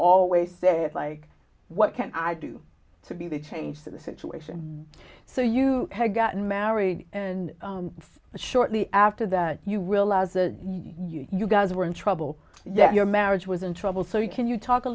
always said like what can i do to be the change to the situation so you had gotten married and shortly after that you will as you guys were in trouble yet your marriage was in trouble so you can you talk a